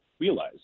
realize